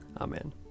Amen